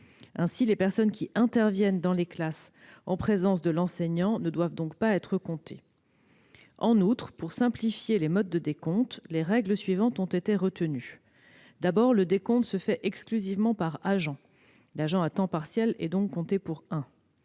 ». Les personnes qui interviennent dans les classes en présence de l'enseignant ne doivent donc pas être comptées. En outre, pour simplifier les modes de décompte, les règles suivantes ont été retenues : le décompte se fait exclusivement par agent- l'agent à temps partiel est compté pour un